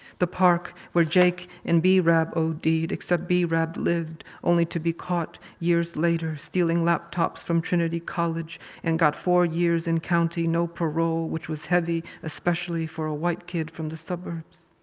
the park where jake and b-rab od'd. except b-rab lived, only to be caught, years later, stealing laptops from trinity college and got four years in county, no parole, which was heavy. especially for a white kid from the suburbs.